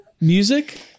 music